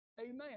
Amen